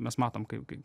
mes matom kaip kaip